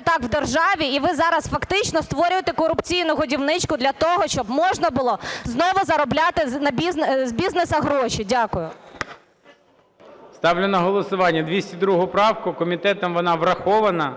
так в державі і ви зараз фактично створюєте корупційну годівничку для того, щоб можна було знову заробляти з бізнесу гроші. Дякую. ГОЛОВУЮЧИЙ. Ставлю на голосування 202 правку. Комітетом вона врахована.